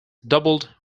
doubled